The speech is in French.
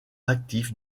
actif